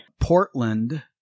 Portland